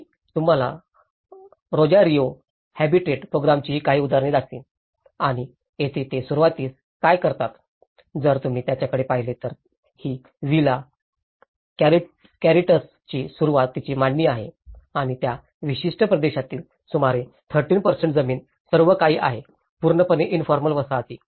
मी तुम्हाला Rosario habitat प्रोग्रामची काही उदाहरणे दाखवीन आणि येथे ते सुरुवातीस काय करतात जर तुम्ही त्याकडे पाहिले तर ही व्हिला कॉरिएंटसची सुरुवातीची मांडणी आहे आणि त्या विशिष्ट प्रदेशातील सुमारे 13 जमीन सर्वकाही आहे पूर्णपणे इनफॉर्मल वसाहती